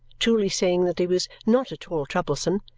truly saying that he was not at all troublesome,